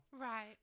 Right